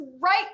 right